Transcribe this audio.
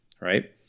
right